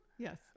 Yes